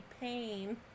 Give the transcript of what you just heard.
pain